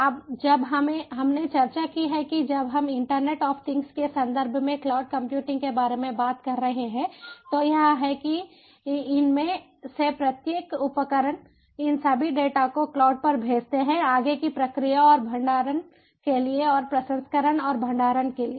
अब जब हमने चर्चा की है कि जब हम इंटरनेट ऑफ थिंग्स के संदर्भ में क्लाउड कंप्यूटिंग के बारे में बात कर रहे थे तो यह है कि इनमें से प्रत्येक उपकरण इन सभी डेटा को क्लाउड पर भेजते हैं आगे की प्रक्रिया और भंडारण के लिए और प्रसंस्करण और भंडारण के लिए